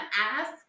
ask